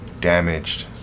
damaged